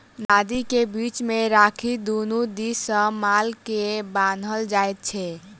नादि के बीच मे राखि दुनू दिस सॅ माल के बान्हल जाइत छै